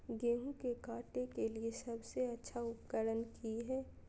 गेहूं के काटे के लिए सबसे अच्छा उकरन की है?